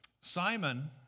Simon